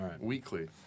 Weekly